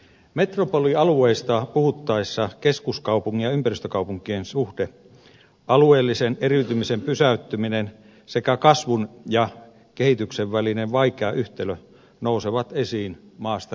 metropolialueista puhuttaessa keskuskaupungin ja ympäristökaupunkien suhde alueellisen eriytymisen pysäyttäminen sekä kasvun ja kehityksen välinen vaikea yhtälö nousevat esiin maasta riippumatta